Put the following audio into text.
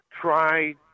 try